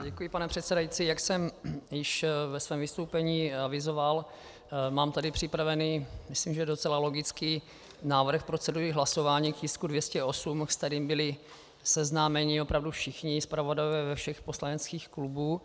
Děkuji, pane předsedající, jak jsem již ve svém vystoupení avizoval, mám tady připravený, myslím, že docela logicky, návrh procedury hlasování k tisku 208, s kterým byli seznámeni opravdu všichni zpravodajové ze všech poslaneckých klubů.